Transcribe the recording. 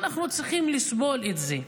אנחנו צריכים לסבול את זה.